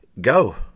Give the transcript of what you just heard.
go